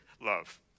love